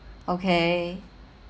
okay